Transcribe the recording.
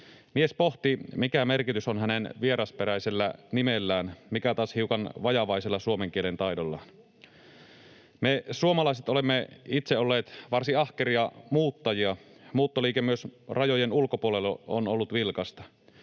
Mies pohti, mikä merkitys on hänen vierasperäisellä nimellään, mikä taas hiukan vajavaisella suomen kielen taidollaan. Me suomalaiset olemme itse olleet varsin ahkeria muuttajia. Muuttoliike myös rajojen ulkopuolelle on ollut vilkasta.